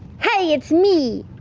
hey, it's me!